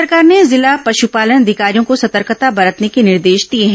राज्य सरकार ने जिला पशुपालन अधिकारियों को सतर्कता बरतने के निर्देश दिए हैं